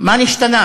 מה נשתנה?